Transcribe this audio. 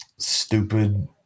stupid